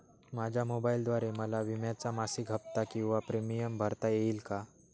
माझ्या मोबाईलद्वारे मला विम्याचा मासिक हफ्ता किंवा प्रीमियम भरता येईल का?